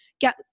Get